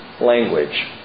language